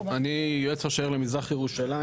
אני יועץ ראש העיר למזרח ירושלים.